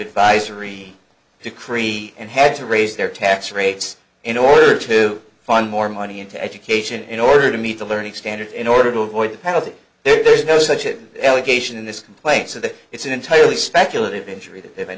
advisory decree and had to raise their tax rates in order to fund more money into education in order to meet the learning standard in order to avoid a penalty there's no such a allegation in this complaint so the it's an entirely speculative injury th